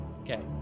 Okay